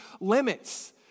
limits